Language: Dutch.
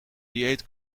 dieet